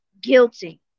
guilty